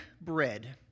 bread